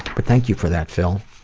but thank you for that, phil,